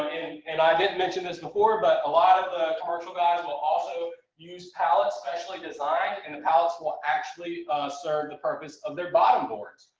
and i didn't mention this before, but a lot of the commercial guys will also use palettes specially designed and the palates will actually serve the purpose of their bottom boards.